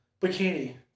Bikini